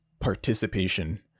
participation